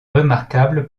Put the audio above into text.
remarquable